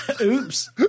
oops